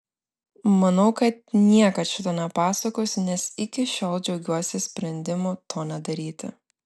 manau kad niekad šito nepasakosiu nes iki šiol džiaugiuosi sprendimu to nedaryti